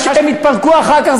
זה שהם התפרקו אחר כך,